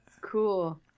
Cool